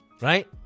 right